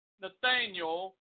Nathaniel